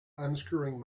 unscrewing